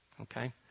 okay